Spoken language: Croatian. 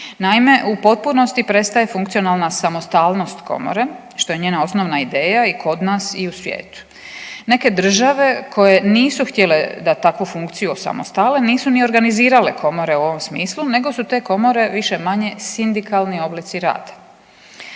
Naime, u potpunosti prestaje funkcionalna samostalnost komore što je njena osnovna ideja i kod nas i u svijetu. Neke države koje nisu htjele da takvu funkciju osamostale nisu ni organizirale komore u ovom smislu nego su te komore više-manje sindikalni oblici rada.